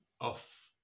off